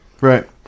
Right